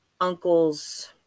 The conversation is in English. uncle's